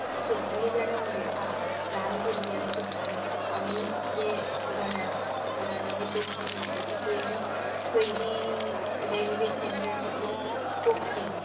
सगळीं जाणां उलयता ल्हान भुरगीं सुद्दा आमी जे घरांत घरांत आमी कोंकणी उलयतात ती पयली पयली लॅंग्वेज तांकां येता ती कोंकणी